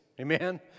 Amen